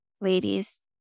ladies